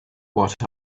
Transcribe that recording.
what